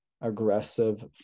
aggressive